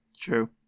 True